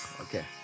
okay